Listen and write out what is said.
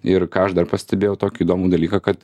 ir ką aš dar pastebėjau tokį įdomų dalyką kad